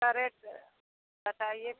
उसका रेट बताइए फिर